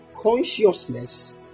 consciousness